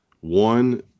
one